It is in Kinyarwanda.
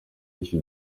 y’iki